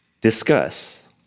Discuss